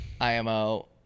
IMO